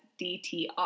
DTR